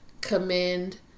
commend